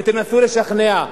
ותנסו לשכנע.